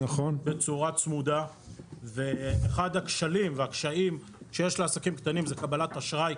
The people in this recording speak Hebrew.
אחד הכשלים והקשיים שיש לעסקים קטנים הוא קבלת אשראי.